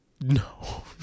No